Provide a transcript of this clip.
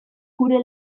gure